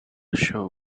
show